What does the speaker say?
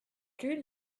plus